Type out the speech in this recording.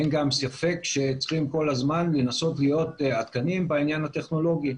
אין גם ספק שצריכים כל הזמן לנסות להיות עדכניים בעניין הטכנולוגי.